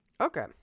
Okay